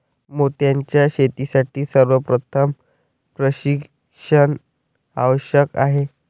मोत्यांच्या शेतीसाठी सर्वप्रथम प्रशिक्षण आवश्यक आहे